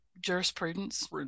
jurisprudence